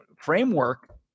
framework